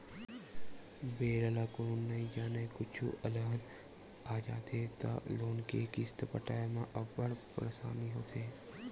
बेरा ल कोनो नइ जानय, कुछु अलहन आ जाथे त लोन के किस्त पटाए म अब्बड़ परसानी होथे